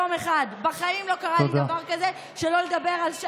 30. גדעון סער קיבל ארבעה שרים על שישה.